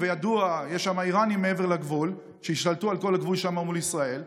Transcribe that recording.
וידוע שיש שם איראנים מעבר לגבול שהשתלטו על כל הגבול שם מול ישראל,